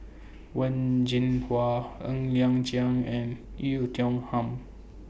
Wen Jinhua Ng Liang Chiang and Oei Tiong Ham